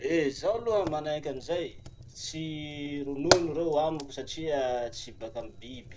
Eh zaho aloha manenky anizay. Tsy ronono reo amiko satria tsy baka amy biby.